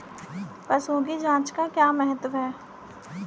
पशुओं की जांच का क्या महत्व है?